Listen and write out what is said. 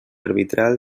arbitral